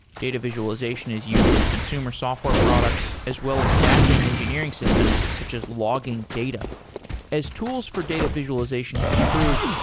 data visualization is used in consumer software products, as well as back-end engineering systems such as logging data as tools for data visualization have improved,